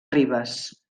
ribes